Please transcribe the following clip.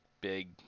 big –